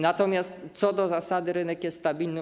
Natomiast co do zasady rynek jest stabilny.